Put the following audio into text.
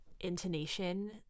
intonation